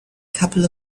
couple